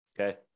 okay